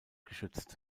geschützt